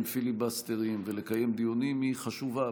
פיליבסטרים ולקיים דיונים היא חשובה,